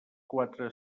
quatre